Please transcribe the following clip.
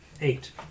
Eight